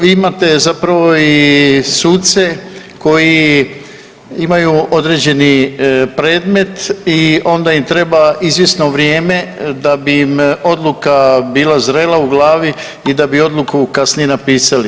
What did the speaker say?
Vi imate zapravo i suce koji imaju određeni predmet i onda im treba izvjesno vrijeme da bi im odluka bila zrela u glavi i da bi odluku kasnije napisali.